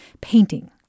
painting